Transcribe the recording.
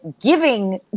giving